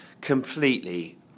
completely